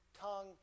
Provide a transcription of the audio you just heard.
tongue